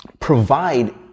provide